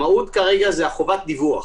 המהות היא חובת הדיווח.